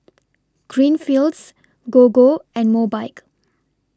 Greenfields Gogo and Mobike